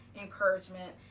encouragement